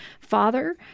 father